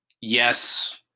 yes